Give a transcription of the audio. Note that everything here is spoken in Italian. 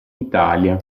italia